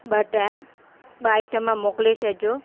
ॿ डाए ॿ आइटम मोकिले छॾिजो